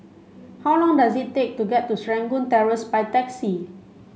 how long does it take to get to Serangoon Terrace by taxi